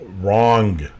Wrong